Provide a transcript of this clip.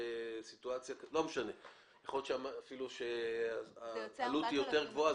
יכול להיות שהעלות היא אפילו יותר גבוהה,